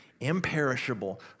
imperishable